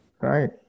Right